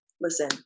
listen